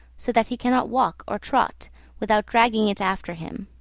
so that he cannot walk or trot without dragging it after him